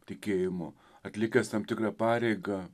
tikėjimu atlikęs tam tikrą pareigą